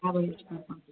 अबैत छी पाँच मिनटमे